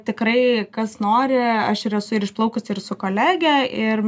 tikrai kas nori aš ir esu ir išplaukusi ir su kolege ir